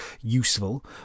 useful